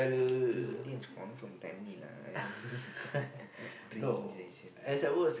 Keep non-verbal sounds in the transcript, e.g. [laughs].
we Indians confirm lah I mean [laughs] drinking